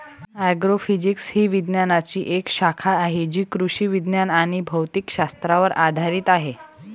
agrophysics ही विज्ञानाची एक शाखा आहे जी कृषी विज्ञान आणि भौतिक शास्त्रावर आधारित आहे